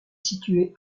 située